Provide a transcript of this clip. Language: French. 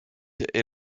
est